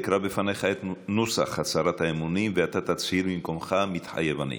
אקרא בפניך את נוסח הצהרת האמונים ואתה תצהיר ממקומך: "מתחייב אני".